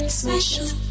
special